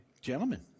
Gentlemen